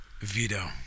Vito